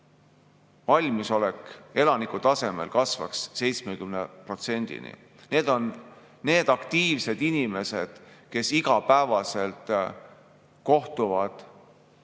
valmisolek elaniku tasemel kasvaks 70%‑ni. Need on need aktiivsed inimesed, kes igapäevaselt kohtuvad